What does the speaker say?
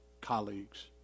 colleagues